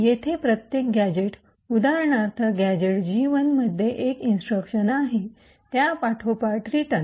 येथे प्रत्येक गॅझेट उदाहरणार्थ गॅझेट जी1 मध्ये एक इन्स्ट्रक्शन आहे त्या पाठोपाठ रिटर्न